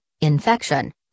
infection